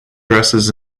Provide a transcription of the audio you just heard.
dresses